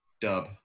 dub